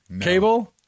cable